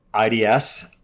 IDS